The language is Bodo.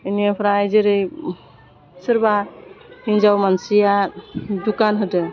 बेनिफ्राय जेरै सोरबा हिन्जाव मानसिया दुखान होदों